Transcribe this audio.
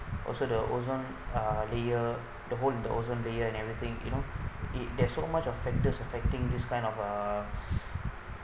also the ozone uh layer the hole the ozone layer and everything you know it that's so much of factors affecting this kind of uh